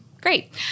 great